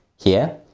here,